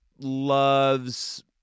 loves